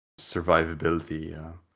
survivability